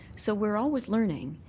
so we're always learning.